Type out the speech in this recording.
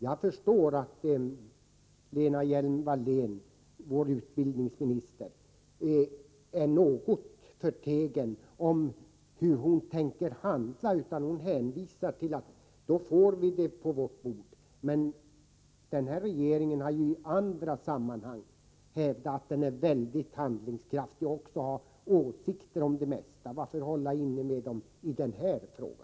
Jag förstår att Lena Hjelm-Wallén, vår utbildningsminister, är något förtegen om hur hon tänker handla. Hon hänvisar i stället till att vi senare får förslaget på vårt bord. Men man har i andra sammanhang hävdat att den här regeringen är väldigt handlingskraftig. Den har också åsikter om det mesta. Varför då hålla inne med dem i denna fråga?